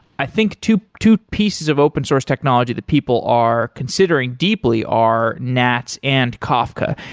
i think two two pieces of open source technology that people are considering deeply are nats and kafka.